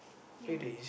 ya